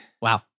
Wow